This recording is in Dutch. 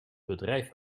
bedrijf